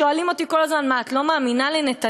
שואלים אותי כל הזמן: מה, את לא מאמינה לנתניהו?